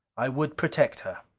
i would protect her.